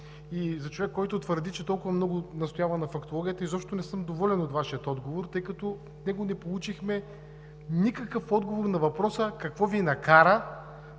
и за човек, който твърди, че толкова много настоява на фактологията, изобщо не съм доволен от Вашия отговор, тъй като от него не получихме никакъв отговор на въпроса какво Ви накара,